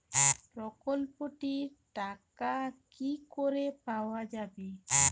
প্রকল্পটি র টাকা কি করে পাওয়া যাবে?